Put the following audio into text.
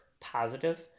positive